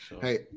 Hey